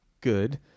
good